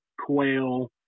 quail